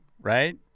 right